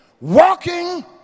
walking